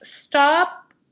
stop